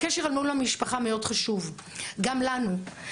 הקשר אל מול המשפחה מאוד חשוב גם לנו.